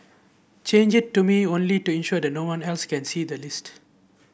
change it to me only to ensure that no one else can see the list